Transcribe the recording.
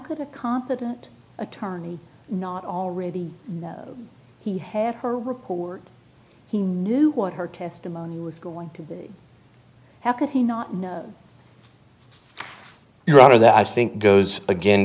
could a competent attorney not already know he has her record he knew what her testimony was going to be how could he not know your honor that i think goes again